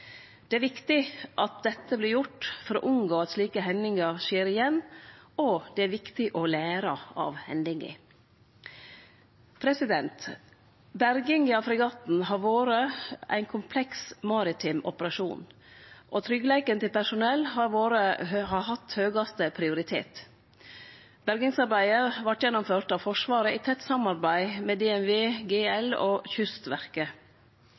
Det er viktig at dette vert gjort for å unngå at slike hendingar skjer igjen. Det er òg viktig å lære av hendinga. Berginga av fregatten har vore ein kompleks maritim operasjon, og tryggleiken til personell har hatt høgaste prioritet. Bergingsarbeidet vart gjennomført av Forsvaret, i tett samarbeid med DNV GL og Kystverket.